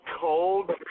cold